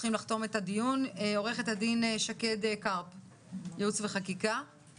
המשפטים, עורכת הדין שקד קרפ, בבקשה.